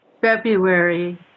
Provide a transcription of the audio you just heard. February